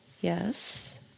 Yes